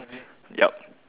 yup